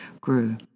grew